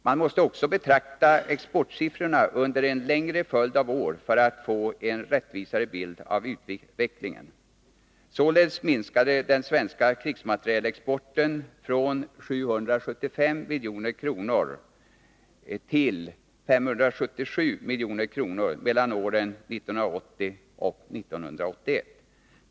Man måste också betrakta exportsiffrorna under en längre följd av år för att få en rättvisande bild av utvecklingen. Således minskade den svenska krigsmaterielexporten från 775 milj.kr. till 577 milj.kr. mellan åren 1980 och 1981.